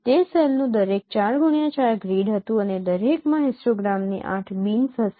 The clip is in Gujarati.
તે સેલનું દરેક 4x4 ગ્રીડ હતું અને દરેકમાં હિસ્ટોગ્રામની 8 બીન્સ હશે